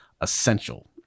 Essential